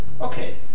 Okay